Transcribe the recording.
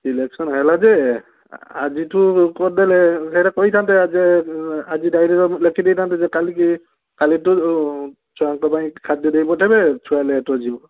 selection ହେଲା ଯେ ଆଜିଠୁ କରିଦେଲେ ସେଇଟା କହିଥାନ୍ତେ ଯେ ଆଜି ଡାଏରୀରେ ଲେଖି ଦେଇଥାନ୍ତେ ଯେ କାଲିକି କାଲିଠୁ ଛୁଆଙ୍କ ପାଇଁ ଖାଦ୍ୟ ଦେଇ ପଠାଇବେ ଛୁଆ ଲେଟର ଯିବ